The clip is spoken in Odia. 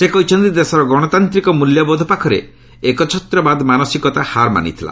ସେ କହିଛନ୍ତି ଦେଶର ଗଣତାନ୍ତିକ ମୂଲ୍ୟବୋଧ ପାଖରେ ଏକଛତ୍ରବାଦ ମାନସିକତା ହାର ମାନିଥିଲା